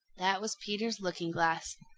that was peter's looking-glass.